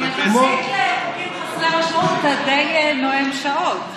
יחסית לחוקים חסרי משמעות, אתה די נואם שעות.